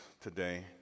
today